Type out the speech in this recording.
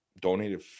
donated